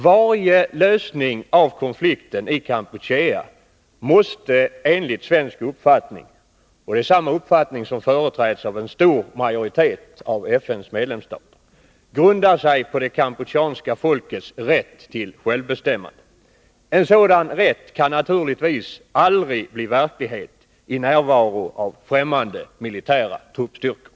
Varje lösning av konflikten i Kampuchea måste enligt svensk uppfattning — och den företräds av en stor majoritet av FN:s medlemsstater — grunda sig på det kampucheanska folkets rätt till självbestämmande. En sådan rätt kan naturligtvis aldrig bli verklighet i närvaro av främmande militära truppstyrkor.